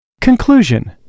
Conclusion